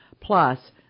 plus